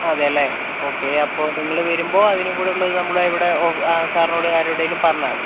അതേയല്ലെ okay അപ്പം നിങ്ങൾ വരുമ്പം അതിനും കൂടെ ഉള്ളത് നമ്മളെ ഇവിടെ സാറിനോട് ആരോടേലും പറഞ്ഞാൽ മതി